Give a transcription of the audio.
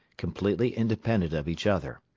completely independent of each other.